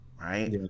Right